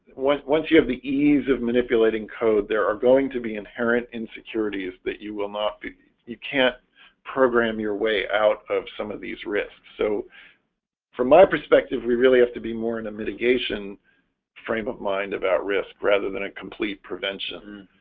once once you have the ease of manipulating code there are going to be inherent insecurities that you will not be you can't program your way out of some of these risks, so from my perspective. we really have to be more in a mitigation frame of mind about risk rather than a complete prevention